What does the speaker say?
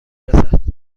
رسد